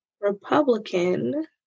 Republican